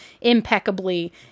impeccably